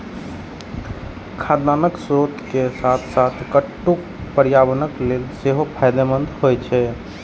खाद्यान्नक स्रोत के साथ साथ कट्टू पर्यावरण लेल सेहो फायदेमंद होइ छै